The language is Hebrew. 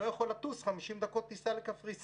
לא יכול לטוס 50 דקות טיסה לקפריסין.